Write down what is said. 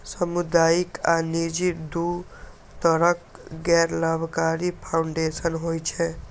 सामुदायिक आ निजी, दू तरहक गैर लाभकारी फाउंडेशन होइ छै